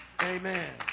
Amen